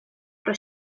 про